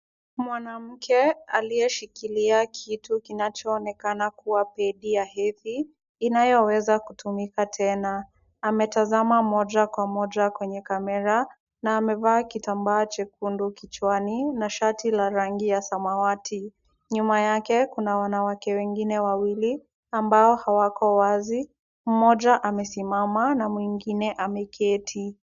Mwanamke aliyeshikilia kitu kinachoonekana kuwa pedi ya hedhi inayoweza kutumika tena. Ametazama moja kwa moja kwenye kamera na amevaa kitambaa chekundu kichwani na shati la rangi ya samawati. Nyuma yake kuna wanawake wengine wawili ambao hawako wazi. Mmoja amesimama na mwingine ameketi.